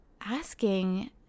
asking